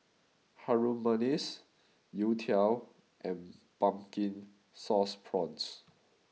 Harum Manis Youtiao and Pumpkin Sauce Prawns